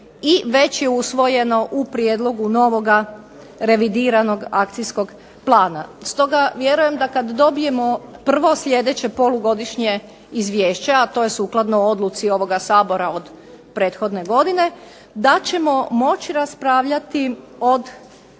i već je usvojeno u prijedlogu novoga revidiranog akcijskog plana. Stoga vjerujem da kad dobijemo prvo sljedeće polugodišnje izvješće, a to je sukladno odluci ovoga Sabora od prethodne godine, da ćemo moći raspravljati o